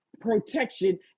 protection